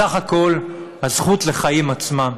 בסך הכול הזכות לחיים עצמם.